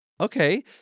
Okay